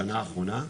בשנה האחרונה.